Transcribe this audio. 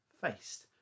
faced